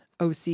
OC